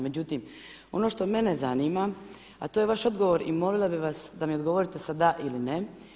Međutim, ono što mene zanima a to je vaš odgovor i molila bih vas da mi odgovorite sa da ili ne.